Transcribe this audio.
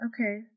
okay